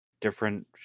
different